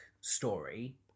story